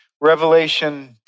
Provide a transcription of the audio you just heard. Revelation